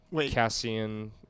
Cassian